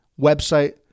website